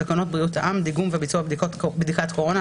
תקנות בריאות העם (דיגום וביצוע בדיקת קורונה),